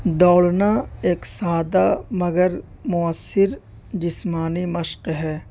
دوڑنا ایک سادہ مگر مؤثر جسمانی مشق ہے